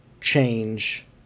change